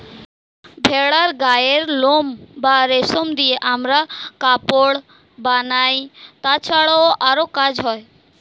ভেড়ার গায়ের লোম বা রেশম দিয়ে আমরা কাপড় বানাই, তাছাড়াও আরো কাজ হয়